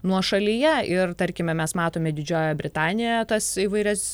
nuošalyje ir tarkime mes matome didžiojoje britanijoje tas įvairias